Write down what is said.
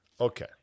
Okay